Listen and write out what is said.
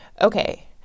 Okay